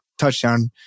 touchdown